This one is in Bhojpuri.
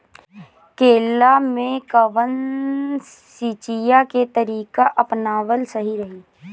केला में कवन सिचीया के तरिका अपनावल सही रही?